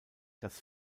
dass